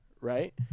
right